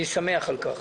אני שמח על כך.